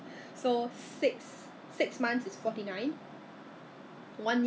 shipping 应该是 free 的 mah since I just pay you know 一次过的那个 membership right